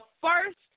first